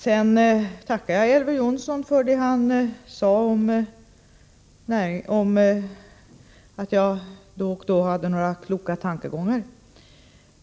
Jag tackar Elver Jonsson för att han sade att jag då och då hade några kloka tankegångar.